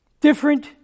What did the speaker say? different